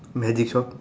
magic shop